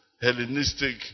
Hellenistic